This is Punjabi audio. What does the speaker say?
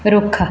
ਰੁੱਖ